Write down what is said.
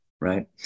right